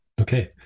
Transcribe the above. okay